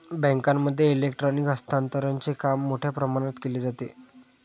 बँकांमध्ये इलेक्ट्रॉनिक हस्तांतरणचे काम मोठ्या प्रमाणात केले जाते